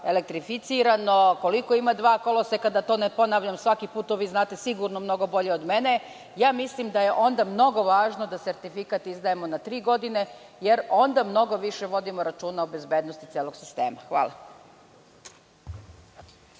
elektrificirano, koliko ima dva koloseka, da to ne ponavljam svaki put. Vi to znate sigurno mnogo bolje od mene. Mislim da je onda mnogo važno da sertifikat izdajemo na tri godine, jer onda mnogo više vodimo računa o bezbednosti celog sistema. Hvala.